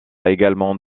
également